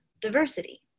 diversity